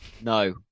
No